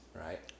right